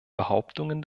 behauptungen